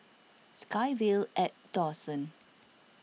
SkyVille at Dawson